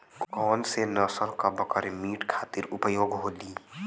कौन से नसल क बकरी मीट खातिर उपयोग होली?